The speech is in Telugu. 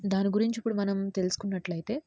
దాని గురించి ఇప్పుడు మనం తెలుసుకున్నట్లయితే